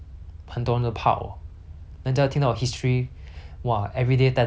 !wah! everyday ten hours inside the studio facing the mirror